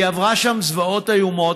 היא עברה שם זוועות איומות,